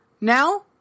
Now